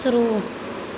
शुरू